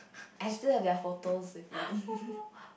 I still have their photos with me